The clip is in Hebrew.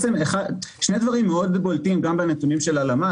שני דברים מאוד בולטים גם בנתונים של הלמ"ס